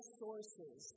sources